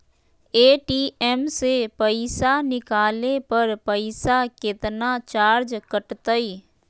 ATM से पईसा निकाले पर पईसा केतना चार्ज कटतई?